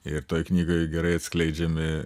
ir toj knygoj gerai atskleidžiami